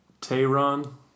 Tehran